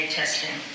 testing